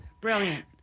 Brilliant